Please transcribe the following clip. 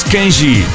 Kenji